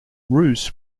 rouse